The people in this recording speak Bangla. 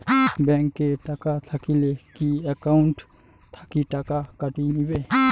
ব্যাংক এ টাকা থাকিলে কি একাউন্ট থাকি টাকা কাটি নিবেন?